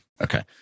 Okay